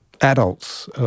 adults